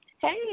Hey